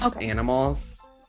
animals